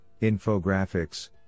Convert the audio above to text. infographics